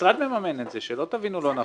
המשרד מממן את זה, שלא תבינו לא נכון.